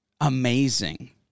amazing